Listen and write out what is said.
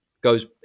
goes